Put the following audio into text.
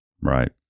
Right